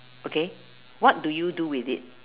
okay what do you do with it